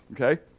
Okay